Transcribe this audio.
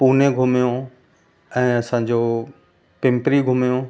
पूने घुमियो ऐं असांजो पिंपरी घुमियो